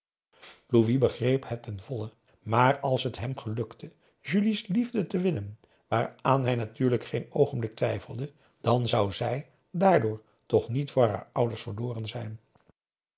louis begreep het ten volle maar als het hem gelukte julie's liefde te winnen waaraan hij natuurlijk geen oogenblik twijfelde dan zou zij daardoor toch niet voor haar ouders verloren zijn